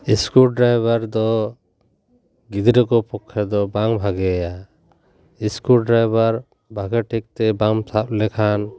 screw driver ᱫᱚ ᱜᱤᱫᱽᱨᱟᱹ ᱠᱚ ᱯᱚᱠᱠᱷᱮ ᱫᱚ ᱵᱟᱝ ᱵᱷᱟᱜᱮᱭᱟ ᱤᱥᱠᱩ ᱰᱨᱟᱭᱵᱷᱟᱨ ᱵᱷᱟᱜᱮ ᱴᱷᱤᱠ ᱛᱮ ᱵᱟᱢ ᱥᱟᱵ ᱞᱮᱠᱷᱟᱱ